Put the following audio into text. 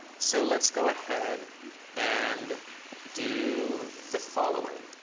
so let's go ahead and do the following.